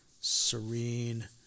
serene